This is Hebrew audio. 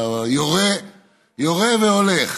אתה יורה והולך.